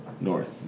North